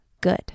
good